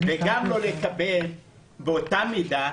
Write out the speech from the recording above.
וגם לא לקבל באותה מידה.